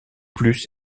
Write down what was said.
plus